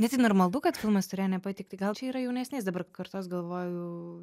ne tai normalu kad filmas turėjo nepatikti gal čia yra jaunesnės dabar kartos galvoju